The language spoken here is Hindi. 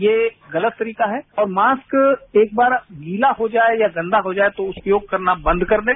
ये गलत तरीका है और मास्क एक बार गीला हो जाए या गंदा हो जाए तो उपयोग करना बंद कर दें